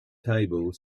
table